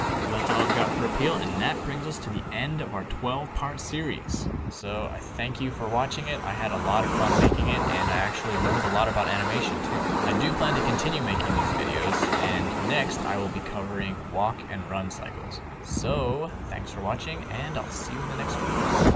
so that's all i've got for appeal and that brings us to the end of our twelve part series. so i thank you for watching it. i had a lot of fun making it and i actually learned a lot about animation, too. i do plan to continue making these videos and next i will be covering walk and run cycles. so thanks for watching and i'll see you in the next video